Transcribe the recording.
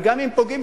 וגם אם פוגעים,